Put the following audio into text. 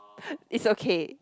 it's okay